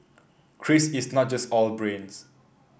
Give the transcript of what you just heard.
Chris is not just all brains